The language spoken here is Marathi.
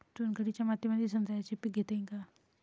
चुनखडीच्या मातीमंदी संत्र्याचे पीक घेता येईन का?